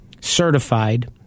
certified